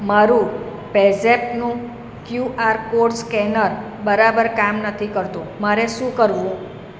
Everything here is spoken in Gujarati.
મારું પેઝેપનું કયુઆર કોડ સ્કેનર બરાબર કામ નથી કરતું મારે શું કરવું